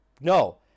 no